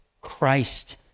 Christ